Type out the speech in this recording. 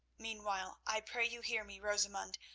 meanwhile, i pray you hear me, rosamund.